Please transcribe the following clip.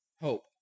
hope